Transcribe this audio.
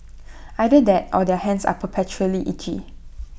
either that or their hands are perpetually itchy